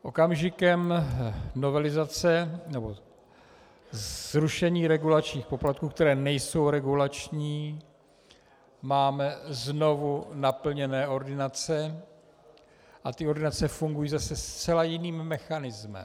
Okamžikem novelizace, nebo zrušení regulačních poplatků, které nejsou regulační, máme znovu naplněné ordinace a ty ordinace fungují zase zcela jiným mechanismem.